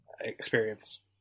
experience